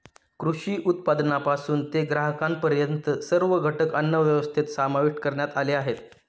कृषी उत्पादनापासून ते ग्राहकांपर्यंत सर्व घटक अन्नव्यवस्थेत समाविष्ट करण्यात आले आहेत